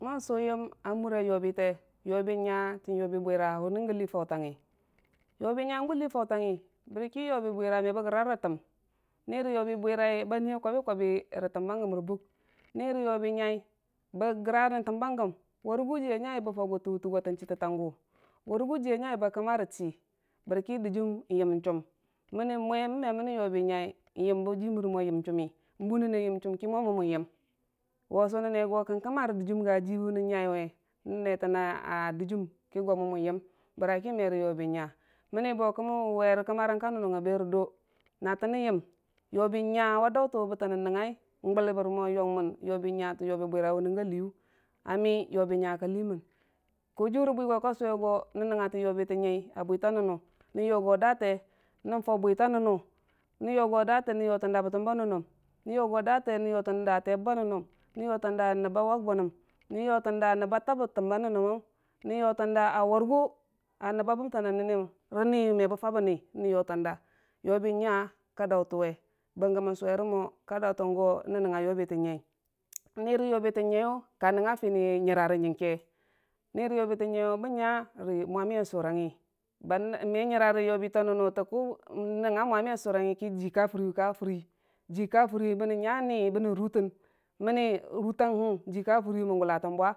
Mansoyan amura yobi tai yobi nya na yobi nyai bwira n'wunə gən lii fautomgngi? yobi gun lii fautangngi, bəraki yobi bwira me bə qra rə təm nirə yobi bwirai bə kwabi kulabi rə təmba gəm, ni rə yobi nyai bə gra- gra rə təm ba gəm bəraki jii nyai bə fau go tə wutei go tənchotəngo jinya wa dautuwʊ bənə nyəngngai wʊ gʊ bən, mo yobi bwirai təm yobi nyai wunə gə lii fautang ka gəng mənni mwe me mɨnɨ yobi nyai, yəm bə jii bərə mo yobi yiyai, n bənəm ne chum ki, ki mo mum mən yəm chum wa sunən go kən kəmarə dɨjiim ga a jii nən nyaiwe, ki go mʊm mən yəm chum bəraki me tə yobi nyo kəmən wuwere kəmarang ka nən nəng a be rə do na tə nən yəm yobi nya wa dautəwe bənən nəngngai gu gubən mo yobi nya tə wu bulai wuna golii a mii yobi nya ka lii mən kojiiyu rə bali go ka suwe go nən nəngngotən yobi tə nyai a bwita nən nʊ, nən yogo daate, nən fau bwita nən nu, nən daa a bətəm ba nən nəm, nən yotən daa tee bəmba nən nəm, na nəbba wak bə nəm, na nəbba tau təmba nən nəməm nən yotəm daa nəb warigu ba kauwur bənəm rə nii mə bə fabbəni nən yotən daa, yo bi nya ka dautuwe, bɨngge mən suwere mo yobi nya ka dautuwe nən nəngnga yobi tə nyai, ni rə yobi tə nyaiga ka nəngnga fini rə yobi tə nyai bən nya ə mulamiya suraingngi me nyə ra ni rə yobitə nyai nəngnga surang kə mwaməng ki, mənni ji kafuriya guwi mənni jii ka furiyu ka furi bani nyami bani rutu manni rutahin jii kafuri mangula tanhuwa.